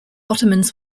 ottomans